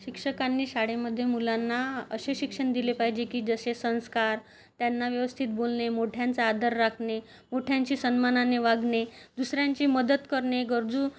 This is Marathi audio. शिक्षकांनी शाळेमध्ये मुलांना असे शिक्षण दिले पाहिजे की जसे संस्कार त्यांना व्यवस्थित बोलणे मोठ्यांचा आदर राखणे मोठ्यांशी सन्मानाने वागणे दुसऱ्यांची मदत करणे गरजू